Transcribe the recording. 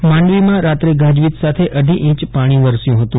માંડવીમાં રાત્રે ગાજવીજ સાથે અઢી ઇંચ પાણી વરસ્યું ફતું